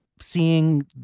seeing